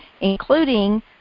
including